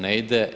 Ne ide.